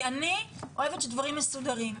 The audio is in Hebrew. כי אני אוהבת שדברים מסודרים.